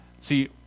see